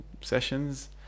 sessions